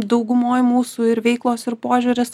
daugumoj mūsų veiklos ir požiūris